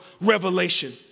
revelation